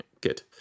Good